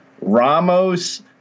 Ramos